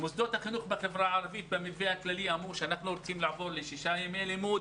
מוסדות החינוך בחברה הערבית אמרו שרוצים לעבור לשישה ימי לימוד